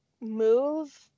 move